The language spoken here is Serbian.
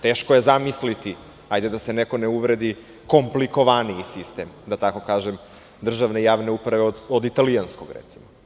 Teško je zamislite, hajde da se neko ne uvredi komplikovaniji sistem državne javne uprave od italijanskog, recimo.